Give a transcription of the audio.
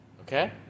Okay